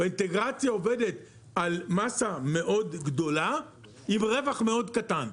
והאינטגרציה עובדת על מסה מאוד גדולה עם רווח מאוד קטן,